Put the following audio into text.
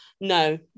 no